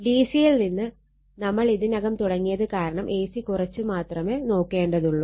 DC യിൽ നിന്ന് നമ്മൾ ഇതിനകം തുടങ്ങിയത് കാരണം എസി കുറച്ച് മാത്രമേ നോക്കേണ്ടതൊള്ളൂ